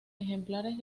ejemplares